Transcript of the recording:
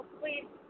please